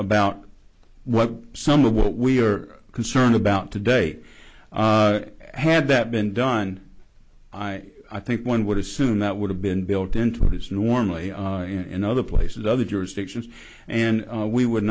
about what some of what we're concerned about today had that been done i i think one would assume that would have been built into what is normally in other places other jurisdictions and we would